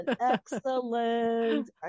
Excellent